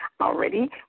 already